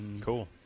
Cool